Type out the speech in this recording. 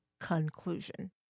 conclusion